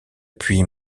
puis